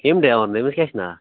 کیٚم ڈیون تٔمِس کیٛاہ چھُ ناو